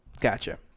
gotcha